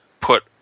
put